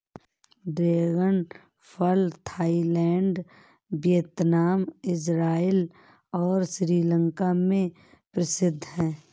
dragon फल Thailand, Vietnam, Israel और श्रीलंका में प्रसिद्ध है